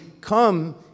come